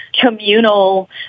communal